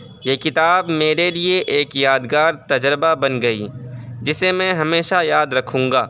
یہ کتاب میرے لیے ایک یادگار تجربہ بن گئی جسے میں ہمیشہ یاد رکھوں گا